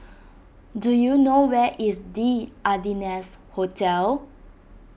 do you know where is the Ardennes Hotel